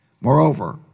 Moreover